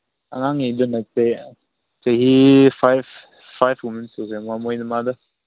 ꯑꯉꯥꯡꯒꯤꯗꯨꯅ ꯆꯍꯤ ꯐꯥꯏꯚ ꯐꯥꯏꯚꯀꯨꯝꯕ ꯁꯨꯕ ꯃꯣꯏꯗꯣ ꯃꯥꯗꯣ